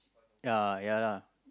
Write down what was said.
uh ya lah